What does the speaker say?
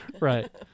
right